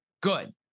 Good